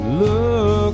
look